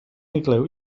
igloo